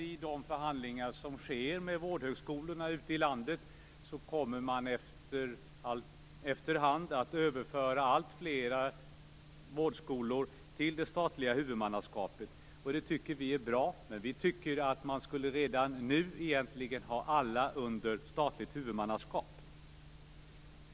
I de förhandlingar som sker med vårdhögskolorna ute i landet, kommer man efter hand att överföra alltfler vårdskolor till det statliga huvudmannaskapet. Det tycker vi är bra, men vi tycker att man redan nu egentligen skulle ha alla under statligt huvudmannaskap.